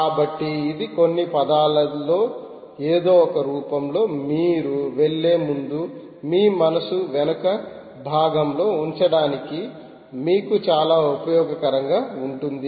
కాబట్టి ఇది కొన్ని పదాలలో ఏదో ఒక రూపంలో మీరు వెళ్ళే ముందు మీ మనస్సు వెనుక భాగంలో ఉంచడానికి మీకు చాలా ఉపయోగకరంగా ఉంటుంది